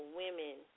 women